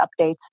updates